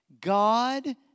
God